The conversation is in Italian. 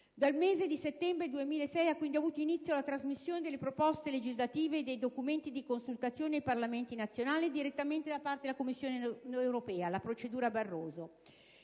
Dal mese di settembre 2006 ha quindi avuto inizio la trasmissione delle proposte legislative e dei documenti di consultazione ai Parlamenti nazionali direttamente da parte della Commissione europea (la cosiddetta procedura Barroso),